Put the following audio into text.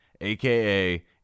aka